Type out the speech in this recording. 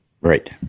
right